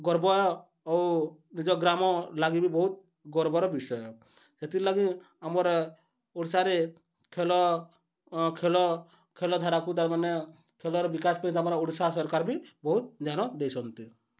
ଗର୍ବ ଓ ନିଜ ଗ୍ରାମ ଲାଗି ବି ବହୁତ ଗର୍ବର ବିଷୟ ସେଥିର୍ଲାଗି ଆମର ଓଡ଼ିଶାରେ ଖେଲ ଖେଲ ଖେଲଧାରାକୁ ତାମାନେ ଖେଲର ବିକାଶ ପାଇଁ ତମର ଓଡ଼ିଶା ସରକାର ବି ବହୁତ ଧ୍ୟାନ ଦେଇଛନ୍ତି